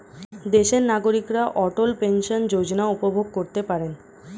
দেশের নাগরিকরা অটল পেনশন যোজনা উপভোগ করতে পারেন